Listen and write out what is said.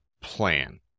plan